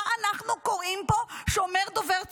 מה אנחנו קוראים פה שאומר דובר צה"ל.